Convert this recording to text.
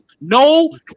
no